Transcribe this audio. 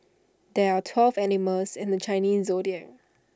there are twelve animals in the Chinese Zodiac